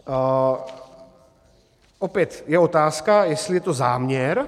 A opět je otázka, jestli je to záměr.